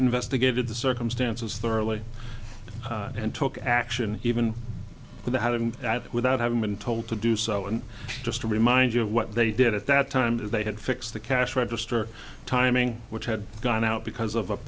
investigated the circumstances thoroughly and took action even without him without having been told to do so and just to remind you of what they did at that time they had fixed the cash register timing which had gone out because of a